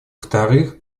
вторых